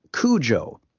Cujo